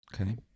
Okay